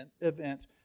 events